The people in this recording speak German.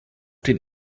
den